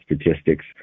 statistics